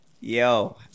Yo